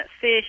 fish